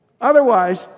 Otherwise